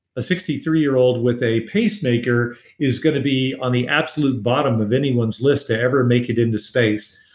a sixty three year old with a pacemaker is going to be on the absolute bottom of anyone's list to ever make it into space.